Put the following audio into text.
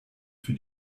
für